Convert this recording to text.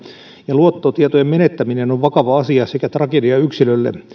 ja luottotietojen menettäminen on vakava asia sekä tragedia yksilölle